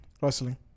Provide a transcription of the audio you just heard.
Wrestling